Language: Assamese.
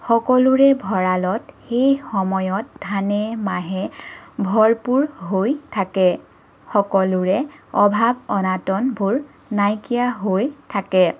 সকলোৰে ভৰাঁলত এই সময়ত ধানে মাহে ভৰপূৰ হৈ থাকে সকলোৰে অভাৱ অনাতনবোৰ নাইকিয়া হৈ থাকে